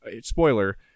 spoiler